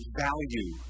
value